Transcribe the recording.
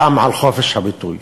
גם על חופש הביטוי.